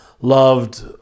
loved